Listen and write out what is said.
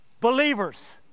believers